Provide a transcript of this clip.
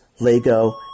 Lego